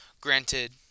Granted